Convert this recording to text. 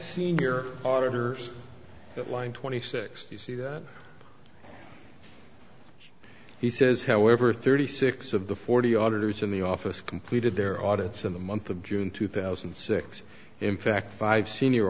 senior auditors that line twenty six you see that he says however thirty six of the forty auditors in the office completed their audits in the month of june two thousand and six in fact five senior